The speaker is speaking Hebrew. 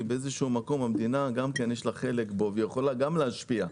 באיזשהו מקום למדינה יש חלק בה והיא יכולה להשפיע.